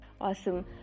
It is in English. Awesome